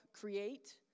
create